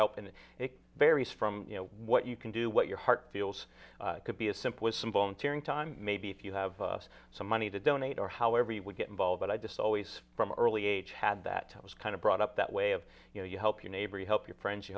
help and varies from you know what you can do what your heart feels could be as simple as some volunteer in time maybe if you have some money to donate or however you would get involved but i just saw ways from early age had that i was kind of brought up that way of you know you help your neighbor you help your friends you